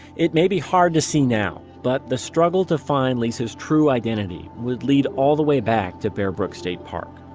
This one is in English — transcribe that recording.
it may be hard to see now, but the struggle to find lisa's true identity would lead all the way back to bear brook state park.